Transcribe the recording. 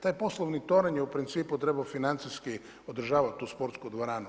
Taj poslovni toranj je u principu trebao financijski održavati tu sportsku dvoranu.